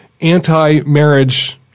anti-marriage –